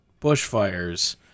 bushfires